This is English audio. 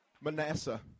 Manasseh